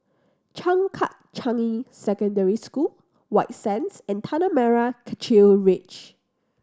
Changkat Changi Secondary School White Sands and Tanah Merah Kechil Ridge